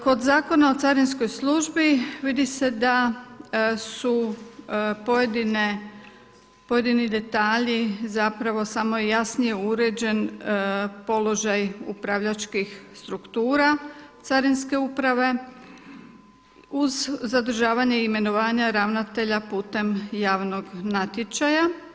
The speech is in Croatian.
Kod Zakona o carinskoj službi vidi se da su pojedini detalji, zapravo samo je jasnije uređen položaj upravljačkih struktura carinske, uz zadržavanje imenovanja ravnatelja putem javnog natječaja.